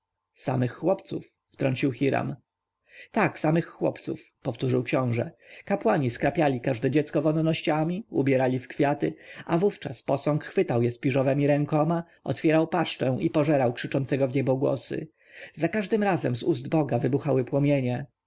samych chłopców wtrącił hiram tak samych chłopców powtórzył książę kapłani skrapiali każde dziecko wonnościami ubierali w kwiaty a wówczas posąg chwytał je śpiżowemi rękoma otwierał paszczę i pożerał krzyczącego w niebogłosy za każdym razem z ust boga wybuchały płomienie